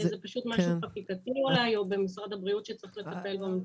זה אולי משהו חקיקתי או במשרד הבריאות שצריך לטפל בו.